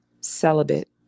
celibate